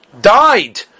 died